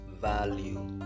value